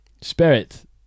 Spirit